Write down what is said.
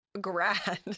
grad